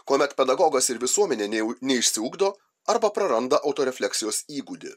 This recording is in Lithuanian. kuomet pedagogas ir visuomenė nei neišsiugdo arba praranda autorefleksijos įgūdį